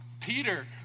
Peter